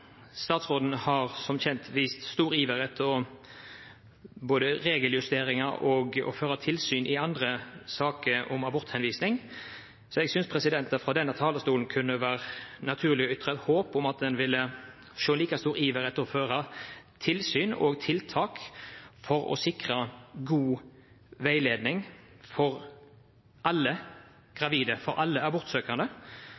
Som kjent har statsråden vist stor iver etter både å gjennomføre regeljusteringer og å føre tilsyn i andre saker om aborthenvisning, så jeg synes det fra denne talerstolen kunne være naturlig å ytre et håp om å få se like stor iver etter å føre tilsyn og gjennomføre tiltak for å sikre god veiledning for alle